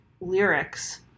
lyrics